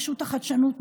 רשות החדשנות,